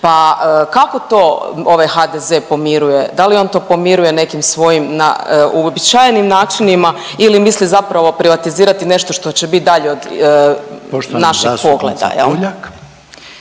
Pa kako to HDZ pomiruje? Da li on to pomiruje nekim svojim uobičajenim načinima ili misli zapravo privatizirati nešto što će biti dalje od našeg pogleda?